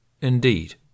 Indeed